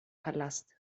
palast